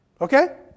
Okay